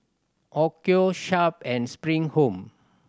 Onkyo Sharp and Spring Home